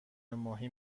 ماهی